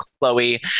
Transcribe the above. Chloe